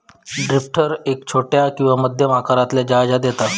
drifter एक छोट्या किंवा मध्यम आकारातल्या जहाजांत येता